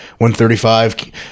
135